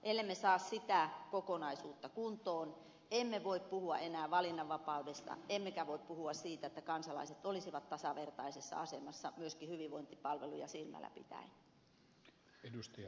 ellemme saa sitä kokonaisuutta kuntoon emme voi puhua enää valinnanvapaudesta emmekä voi puhua siitä että kansalaiset olisivat tasavertaisessa asemassa myöskin hyvinvointipalveluja silmälläpitäen